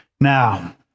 Now